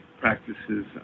practices